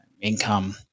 income